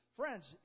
friends